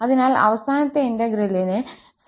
അതിനാൽ അവസാനത്തെ ഇന്റെഗ്രേലിന്റെ സംഭാവന 0 ആണ്